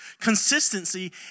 consistency